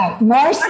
more